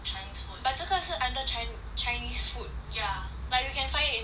but 这个是 under chi~ chinese food like you can find it in china